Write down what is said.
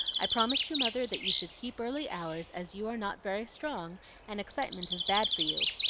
i promised your mother that you should keep early hours, as you are not very strong and excitement is bad for you.